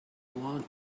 wants